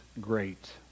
great